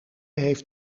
heeft